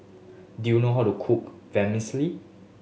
do you know how to cook Vermicelli